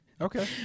okay